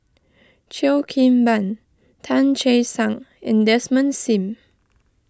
Cheo Kim Ban Tan Che Sang and Desmond Sim